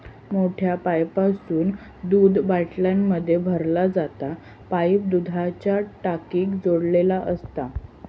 मोठ्या पाईपासून दूध बाटल्यांमध्ये भरला जाता पाईप दुधाच्या टाकीक जोडलेलो असता